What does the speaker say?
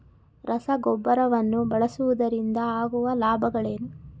ರಸಗೊಬ್ಬರವನ್ನು ಬಳಸುವುದರಿಂದ ಆಗುವ ಲಾಭಗಳೇನು?